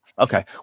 Okay